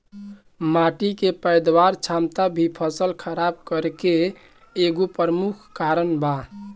माटी के पैदावार क्षमता भी फसल खराब करे के एगो प्रमुख कारन बा